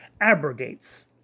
abrogates